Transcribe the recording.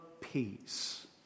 Peace